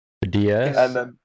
DS